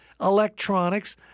electronics